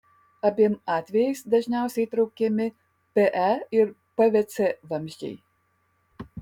abiem atvejais dažniausiai traukiami pe ir pvc vamzdžiai